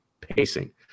pacing